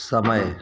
समय